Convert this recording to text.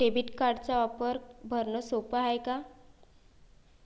Debit कार्डचा वापर भरनं सोप हाय का?